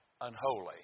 unholy